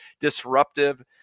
disruptive